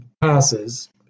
passes